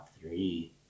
three